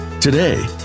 Today